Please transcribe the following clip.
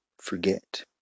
forget